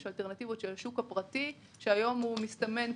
יש אלטרנטיבות של השוק הפרטי שמסתמן היום